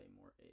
more